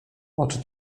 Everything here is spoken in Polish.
oczy